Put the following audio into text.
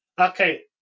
okay